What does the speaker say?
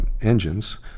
engines